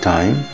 Time